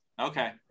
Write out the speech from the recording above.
okay